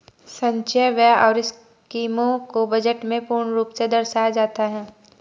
संचय व्यय और स्कीमों को बजट में पूर्ण रूप से दर्शाया जाता है